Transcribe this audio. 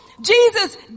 Jesus